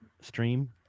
stream